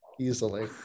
easily